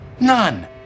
None